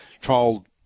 trial